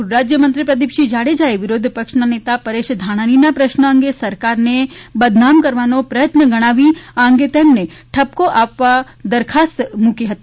ગૃહરાજયમંત્રી પ્રદીપસિંહ જાડેજાએ વિરોધપક્ષના નેતા પરેશ ધાનાણીના પ્રશ્ન અંગે સરકારને બદનામ કરવાનો પ્રયત્ન ગણાવી આ અંગે તેમને ઠપકો આપવા દરખાસ્ત મૂકવામાં આવી હતી